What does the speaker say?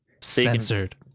censored